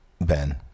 Ben